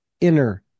inner